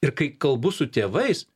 ir kai kalbu su tėvais